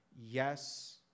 Yes